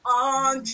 on